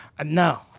No